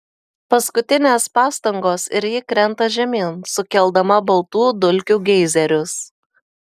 paskutinės pastangos ir ji krenta žemyn sukeldama baltų dulkių geizerius